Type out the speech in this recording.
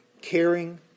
caring